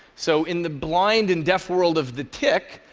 so in the blind and deaf world of the tick,